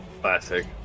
Classic